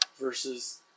versus